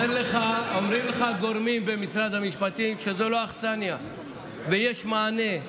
אומרים לך גורמים במשרד המשפטים שזו לא האכסניה ויש מענה.